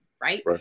Right